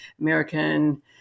American